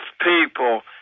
people